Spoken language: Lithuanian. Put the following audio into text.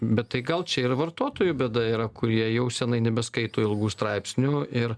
bet tai gal čia ir vartotojų bėda yra kurie jau senai nebeskaito ilgų straipsnių ir